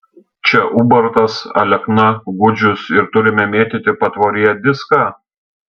čia ubartas alekna gudžius ir turime mėtyti patvoryje diską